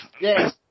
Yes